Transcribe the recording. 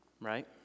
Right